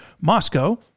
Moscow